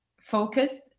focused